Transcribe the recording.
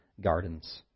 Gardens